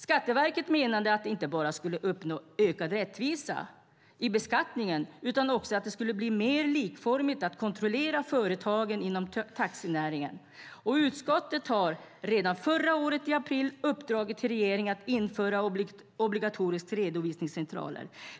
Skatteverket menade att det inte bara skulle uppnå ökad rättvisa i beskattning utan att det också skulle bli mer likformigt att kontrollera företagen inom taxinäringen. Utskottet gav redan i april förra året regeringen i uppdrag att införa obligatoriska redovisningscentraler.